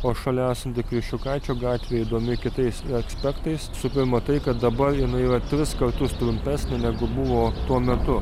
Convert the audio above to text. o šalia esanti kriščiukaičio gatvė įdomi kitais akspektais visu pirma tai kad dabar jinai yra tris kartus trumpesnė negu buvo tuo metu